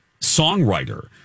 songwriter